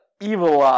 evil